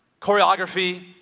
choreography